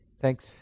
Thanks